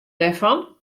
dêrfan